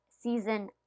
season